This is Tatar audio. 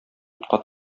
утка